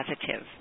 positive